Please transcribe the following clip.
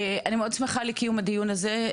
אני מאוד שמחה על קיום הדיון הזה,